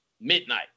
midnight